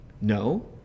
No